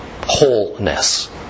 Wholeness